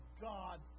God